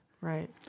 Right